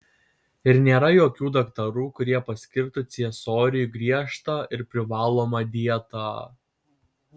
ir nėra jokių daktarų kurie paskirtų ciesoriui griežtą ir privalomą dietą